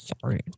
sorry